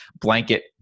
blanket